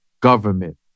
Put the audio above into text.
government